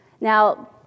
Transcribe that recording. Now